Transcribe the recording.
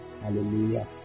Hallelujah